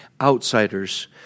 outsiders